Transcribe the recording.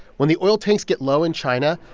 when the oil tanks get low in china,